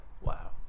Wow